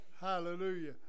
Hallelujah